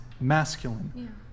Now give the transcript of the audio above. masculine